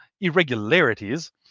irregularities